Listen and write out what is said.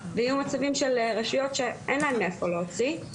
ויהיו מצבים של רשויות שאין להן מאיפה להוציא.